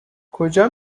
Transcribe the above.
کجا